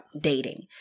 dating